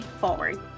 forward